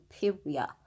superior